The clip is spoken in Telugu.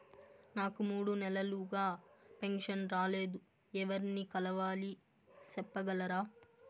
నాకు మూడు నెలలుగా పెన్షన్ రాలేదు ఎవర్ని కలవాలి సెప్పగలరా?